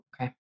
Okay